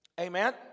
Amen